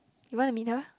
you want to meet her